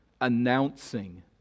announcing